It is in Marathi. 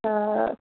हं